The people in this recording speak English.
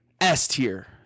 S-tier